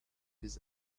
his